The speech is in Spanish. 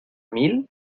mil